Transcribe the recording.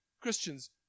Christians